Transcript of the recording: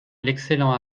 l’excellent